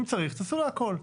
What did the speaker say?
אם צריך תעשו להכל.